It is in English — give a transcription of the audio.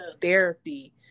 therapy